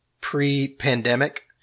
pre-pandemic